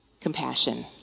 Compassion